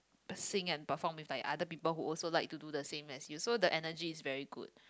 sing and perform with like other people who also like to do the same as you so the energy is very good